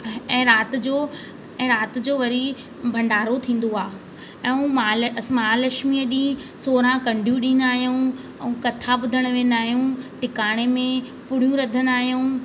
ऐं राति जो राति जो वरी भंडारो थींदो आहे ऐं हूअ महा असां महालक्ष्मी ॾींहुं सोरहं कंढियूं ॾींदा आहियूं ऐं कथा ॿुधणु वेंदा आहियूं टिकाणे में पूड़ियूं रधंदा आहियूं